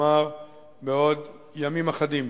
כלומר בעוד ימים אחדים.